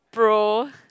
pro